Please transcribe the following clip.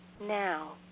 now